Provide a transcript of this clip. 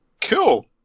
Cool